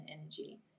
energy